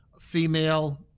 female